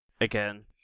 Again